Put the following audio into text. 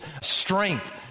strength